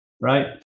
right